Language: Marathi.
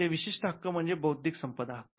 ते विशिष्ट हक्क म्हणजे बौद्धिक संपदा हक्क